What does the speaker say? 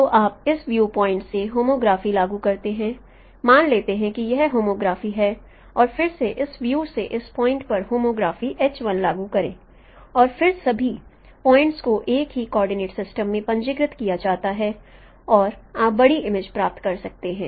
तो आप इस व्यू पॉइंटस से होमोग्राफी लागू करते हैं मान लेते हैं कि यह होमोग्राफी है और फिर से इस व्यू से इस पॉइंट पर होमोग्राफी लागू करें और फिर सभी पॉइंटस को एक ही कोऑर्डिनेट सिस्टम में पंजीकृत किया जाता है और आप बड़ी इमेज प्राप्त कर सकते हैं